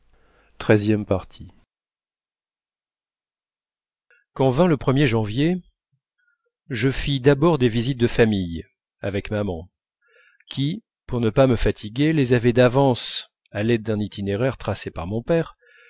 quand vint le er janvier je fis d'abord des visites de famille avec maman qui pour ne pas me fatiguer les avait d'avance à l'aide d'un itinéraire tracé par mon père